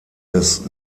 des